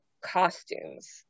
costumes